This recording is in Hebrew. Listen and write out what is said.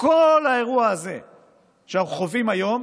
וכל האירוע הזה שאנחנו חווים היום